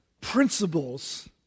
principles